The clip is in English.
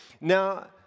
Now